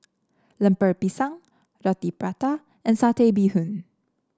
Lemper Pisang Roti Prata and Satay Bee Hoon